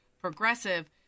Progressive